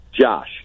Josh